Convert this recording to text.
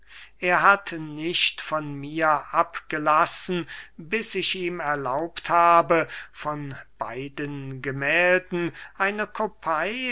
er hat nicht von mir abgelassen bis ich ihm erlaubt habe von beiden gemählden eine kopey